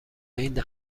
این